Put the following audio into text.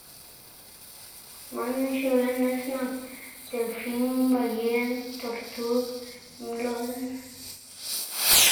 Man xiu lën nis nak: delfin, bayen, tortug, mluꞌw.